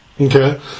Okay